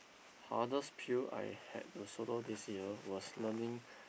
hardest pill I had to swallow this year was learning